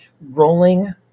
Rolling